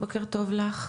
בוקר טוב לך.